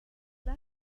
that